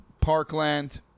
parkland